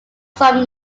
some